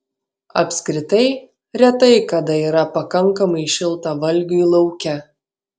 apskritai retai kada yra pakankamai šilta valgiui lauke